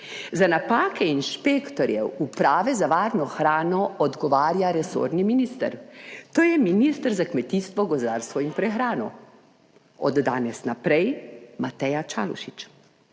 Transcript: Za napake inšpektorjev Uprave za varno hrano odgovarja resorni minister, to je minister za kmetijstvo, gozdarstvo in prehrano. Od danes naprej Mateja Čalušić.